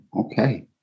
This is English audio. okay